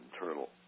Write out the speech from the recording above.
internal